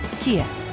Kia